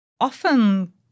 often